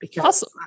Awesome